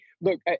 look